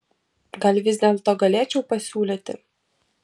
gal vis dėlto galėčiau pasiūlyti